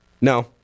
No